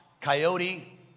coyote